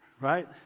Right